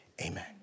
amen